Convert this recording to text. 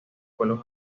pueblos